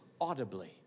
audibly